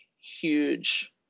huge